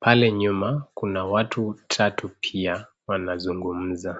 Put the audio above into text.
Pale nyuma kuna watu tatu pia wanazungumza.